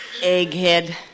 Egghead